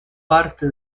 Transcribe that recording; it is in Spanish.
parte